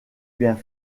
bien